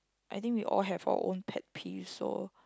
I think we all have our own pet peeve so